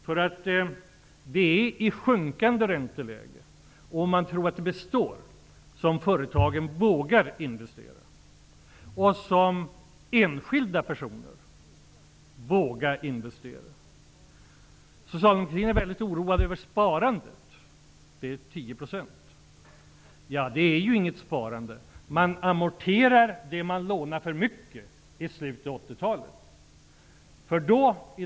Det är i ett bestående sjunkande ränteläge som företagen och enskilda personer vågar investera. Socialdemokratin är oroad över sparandet. Nivån ligger nu på 10 %. Egentligen är det inte fråga om ett sparande. Folk amorterar vad de lånade för mycket i slutet av 1980-talet.